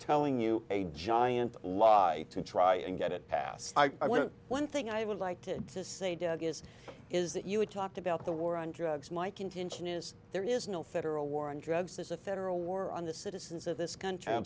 telling you a giant lie to try and get it passed i want one thing i would like to say dad is is that you talked about the war on drugs my contention is there is no federal war on drugs is a federal war on the citizens of this country